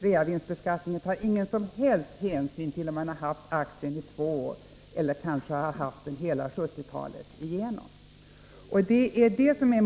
Den tar ingen som helst hänsyn till om man har ägt aktierna i två år eller under hela 1970-talet.